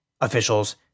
officials